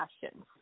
passions